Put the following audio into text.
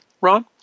Ron